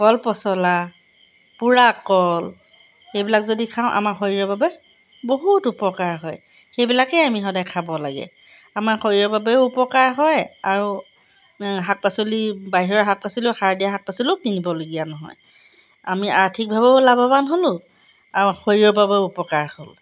কলপচলা পুৰা কল সেইবিলাক যদি খাওঁ আমাৰ শৰীৰৰ বাবে বহুত উপকাৰ হয় সেইবিলাকেই আমি সদায় খাব লাগে আমাৰ শৰীৰৰ বাবেও উপকাৰ হয় আৰু শাক পাচলি বাহিৰৰ শাক পাচলিও সাৰ দিয়া শাক পাচলিও কিনিবলগীয়া নহয় আমি আৰ্থিকভাৱেও লাভৱান হ'লো আৰু শৰীৰৰ বাবেও উপকাৰ হ'ল